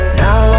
now